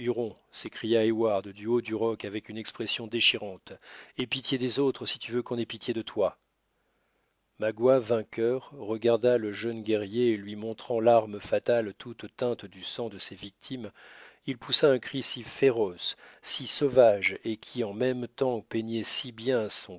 s'écria heyward du haut du roc avec une expression déchirante aie pitié des autres si tu veux qu'on ait pitié de toi magua vainqueur regarda le jeune guerrier et lui montrant l'arme fatale toute teinte du sang de ses victimes il poussa un cri si féroce si sauvage et qui en même temps peignait si bien son